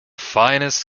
finest